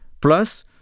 Plus